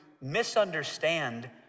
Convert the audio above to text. misunderstand